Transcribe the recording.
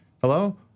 hello